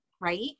right